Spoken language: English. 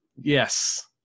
Yes